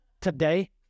Today